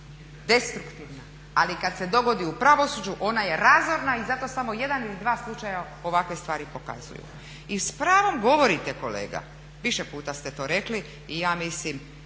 destruktivna, ali kad se dogodi u pravosuđu ona je razorna i zato samo jedan ili dva slučaja ovakve stvari pokazuju. I s pravom govorite kolega, više puta ste to rekli i ja mislim